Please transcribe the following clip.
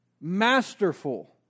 Masterful